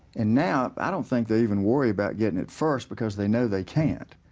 and now i don't think they even worry about getting at first because they know they can't.